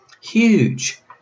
huge